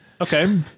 Okay